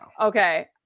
Okay